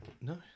No